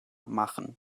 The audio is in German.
machen